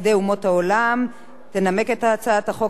תנמק את הצעת החוק חברת הכנסת מרינה סולודקין.